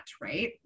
right